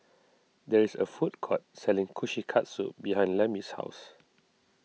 there is a food court selling Kushikatsu behind Lemmie's house